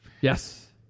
Yes